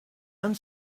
and